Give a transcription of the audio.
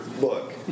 book